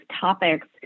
topics